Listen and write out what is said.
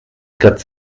quatre